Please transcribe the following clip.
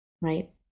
right